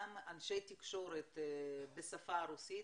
גם אנשי תקשורת בשפה הרוסית